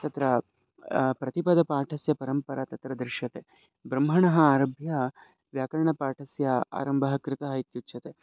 तत्र प्रतिपदपाठस्य परम्परा तत्र दृश्यते ब्रह्मणः आरभ्य व्याकरणपाठस्य आरम्भः कृतः इत्युच्यते